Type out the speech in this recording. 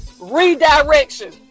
redirection